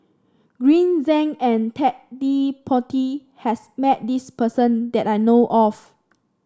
Green Zeng and Ted De Ponti has met this person that I know of